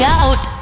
out